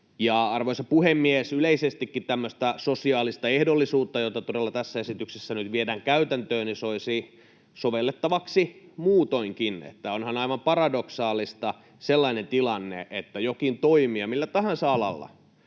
Arvoisa puhemies! Yleisestikin tämmöistä sosiaalista ehdollisuutta todella tässä esityksessä nyt viedään käytäntöön ja soisi sovellettavaksi muutoinkin. Onhan aivan paradoksaalista sellainen tilanne, että jokin toimija millä tahansa alalla